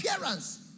appearance